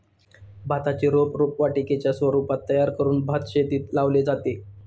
भाताचे रोप रोपवाटिकेच्या स्वरूपात तयार करून भातशेतीत लावले जाते